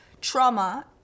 trauma